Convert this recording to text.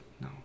no